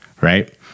right